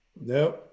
No